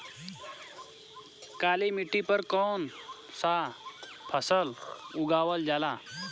काली मिट्टी पर कौन सा फ़सल उगावल जाला?